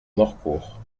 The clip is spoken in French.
morcourt